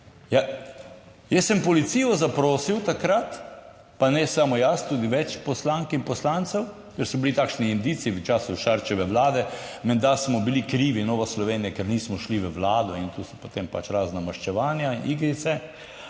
jaz sem policijo zaprosil takrat, pa ne samo jaz, tudi več poslank in poslancev, ker so bili takšni indici v času Šarčeve vlade, menda smo bili krivi Nova Slovenija, ker nismo šli v vlado in tu so potem pač razna maščevanja in igrice.